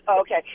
Okay